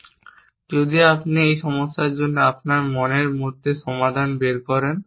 সুতরাং যদি আপনি এই সমস্যার জন্য আপনার মনের মধ্যে সমাধান বের করেন